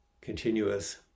continuous